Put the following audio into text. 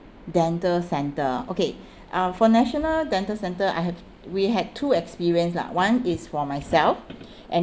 dental centre okay uh for national dental centre I have we had two experience lah one is for myself and